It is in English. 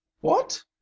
What